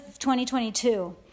2022